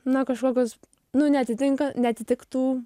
na kažkokios nu neatitinka neatitiktų